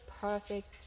perfect